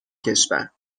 کشور